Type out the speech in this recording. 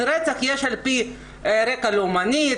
אז יש רצח על רקע לאומני,